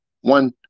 One